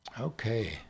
Okay